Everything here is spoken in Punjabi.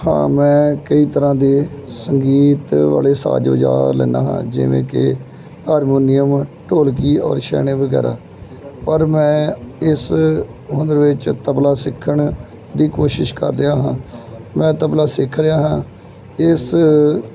ਹਾਂ ਮੈਂ ਕਈ ਤਰ੍ਹਾਂ ਦੇ ਸੰਗੀਤ ਵਾਲੇ ਸਾਜ ਵਜਾ ਲੈਂਦਾ ਹਾਂ ਜਿਵੇਂ ਕਿ ਹਰਮੋਨੀਅਮ ਢੋਲਕੀ ਔਰ ਸ਼ੈਣੇ ਵਗੈਰਾ ਪਰ ਮੈਂ ਇਸ ਉਮਰ ਵਿੱਚ ਤਬਲਾ ਸਿੱਖਣ ਦੀ ਕੋਸ਼ਿਸ਼ ਕਰ ਰਿਹਾ ਹਾਂ ਮੈਂ ਤਬਲਾ ਸਿੱਖ ਰਿਹਾ ਹਾਂ ਇਸ